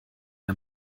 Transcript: der